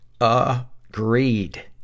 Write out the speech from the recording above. Agreed